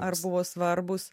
ar buvo svarbūs